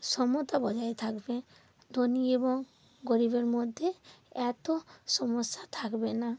সমতা বজায় থাকবে ধনী এবং গরীবের মধ্যে এত সমস্যা থাকবে না